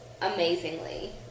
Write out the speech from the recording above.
amazingly